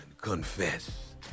Confess